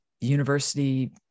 university